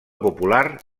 popular